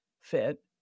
fit